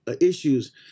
issues